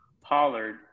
Pollard